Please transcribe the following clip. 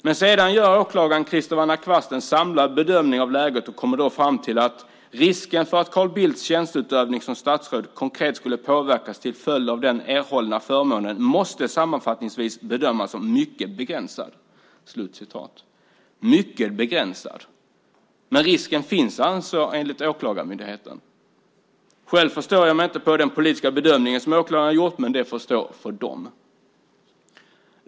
Men sedan gör åklagaren Christer van der Kwast en samlad bedömning av läget och kommer då fram till att "risken för att Carl Bildts tjänsteutövning som statsråd konkret skulle påverkas till följd av den erhållna förmånen måste sammanfattningsvis bedömas som mycket begränsad" - "mycket begränsad", men risken finns alltså enligt Åklagarmyndigheten. Själv förstår jag mig inte på den politiska bedömning som gjorts från åklagarhåll, men det får stå för dem.